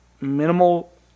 minimal